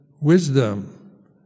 wisdom